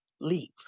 leave